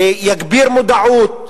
יגביר מודעות,